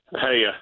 Hey